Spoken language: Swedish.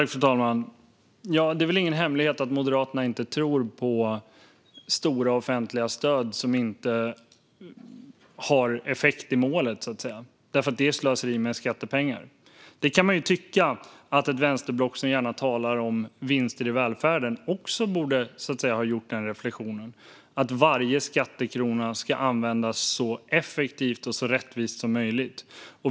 Fru talman! Det är väl ingen hemlighet att Moderaterna inte tror på stora offentliga stöd som inte har effekt i målet. Det är slöseri med skattepengar, och man kan tycka att ett vänsterblock som gärna talar om vinster i välfärden också borde ha gjort reflektionen att varje skattekrona ska användas så effektivt och rättvist som möjligt.